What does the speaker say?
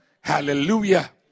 Hallelujah